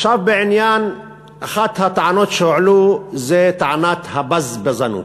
עכשיו, בעניין אחת הטענות שהועלו, טענת הבזבזנות,